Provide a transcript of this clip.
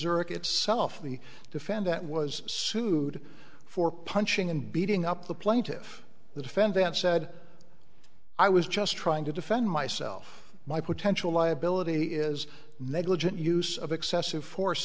irq itself the defendant was sued for punching and beating up the plaintive the defendant said i was just trying to defend myself my potential liability is negligent use of excessive force